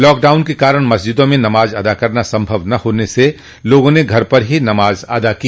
lockdown के कारण मस्जिदों में नमाज अदा करना संभव न होने के कारण लोगों ने घर पर ही नमाज अदा की